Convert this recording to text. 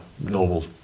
normal